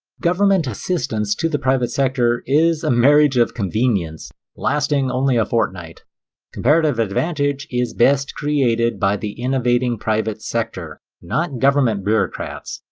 government assistance to the private sector is a marriage of convenience lasting only a fortnight comparative advantage is best created by the innovating private sector, not government bureaucrats.